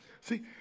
See